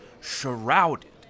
shrouded